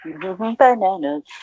Bananas